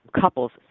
couples